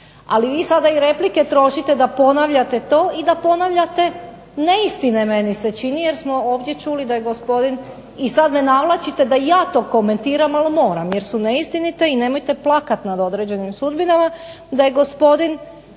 Ali vi sada i replike trošite da ponavljate to i da ponavljate neistine meni se čini jer smo ovdje čuli da je gospodin i sad me navlačite da ja to komentiram, ali moram jer su neistinite i nemojte plakat nad određenim sudbinama, da je prijavio